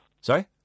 Sorry